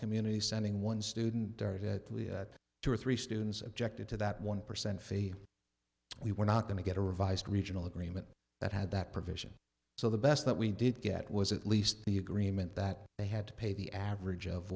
community sending one student there to two or three students objected to that one percent faith we were not going to get a revised regional agreement that had that provision so the best that we did get was at least the agreement that they had to pay the average of